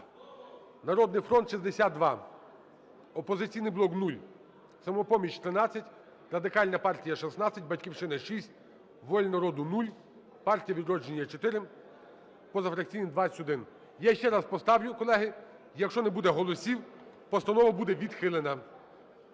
"Народний фронт" – 62, "Опозиційний блок" – 0, "Самопоміч" – 13, Радикальна партія – 16, "Батьківщина" – 6, "Воля народу" – 0, "Партія "Відродження" – 4, позафракційних – 21. Я ще раз поставлю, колеги. Якщо не буде голосів, постанова буде відхилена.